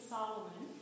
Solomon